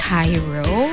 Cairo